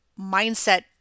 mindset